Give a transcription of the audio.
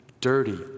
dirty